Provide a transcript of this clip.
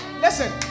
Listen